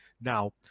Now